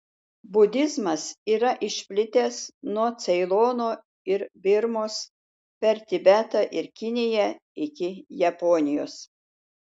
budizmas yra išplitęs nuo ceilono ir birmos per tibetą ir kiniją iki japonijos